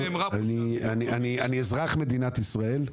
אני אזרח מדינת ישראל,